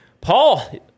Paul